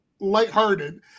lighthearted